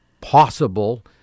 possible